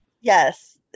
Yes